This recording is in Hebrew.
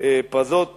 "פרזות